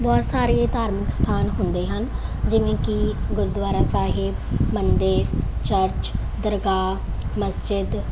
ਬਹੁਤ ਸਾਰੇ ਧਾਰਮਿਕ ਸਥਾਨ ਹੁੰਦੇ ਹਨ ਜਿਵੇਂ ਕਿ ਗੁਰਦੁਆਰਾ ਸਾਹਿਬ ਮੰਦਰ ਚਰਚ ਦਰਗਾਹ ਮਸਜਿਦ